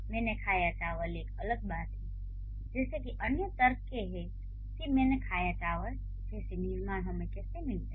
मैंने खाया चावल एक अलग बात है जैसे कि अन्य तर्क हैं कि मैंने खाया चावल जैसे निर्माण हमें कैसे मिलते हैं